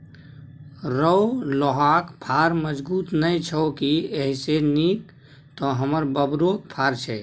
रौ लोहाक फार मजगुत नै छौ की एइसे नीक तँ हमर बबुरक फार छै